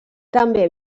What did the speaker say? també